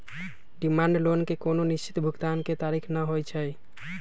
demand loan के कोनो निश्चित भुगतान के तारिख न होइ छइ